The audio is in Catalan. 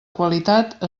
qualitat